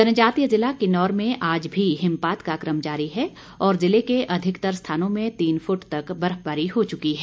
जनजातीय जिला किन्नौर में आज भी हिमपात का कम जारी है और जिले के अधिकतर स्थानों में तीन फुट तक बर्फबारी हो चुकी है